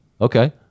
Okay